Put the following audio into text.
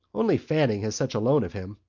only fanning has such a loan of him.